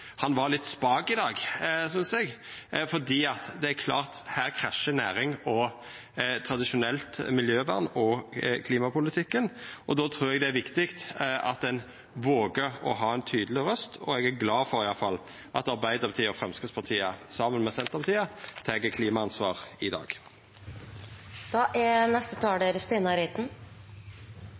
var litt spak, synest eg, for det er klart at her kolliderer næring, tradisjonelt miljøvern og klimapolitikk. Då trur eg det er viktig at ein våger å ha ei tydeleg røyst, og eg er glad for at iallfall Arbeidarpartiet og Framstegspartiet – saman med Senterpartiet – tek klimaansvar i